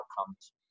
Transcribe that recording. outcomes